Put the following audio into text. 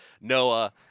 Noah